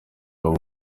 abo